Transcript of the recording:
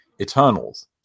Eternals